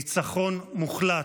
ניצחון מוחלט,